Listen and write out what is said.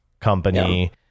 company